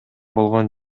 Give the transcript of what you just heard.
болгон